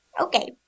okay